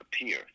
appear